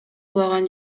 кулаган